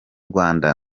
rwanda